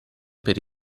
per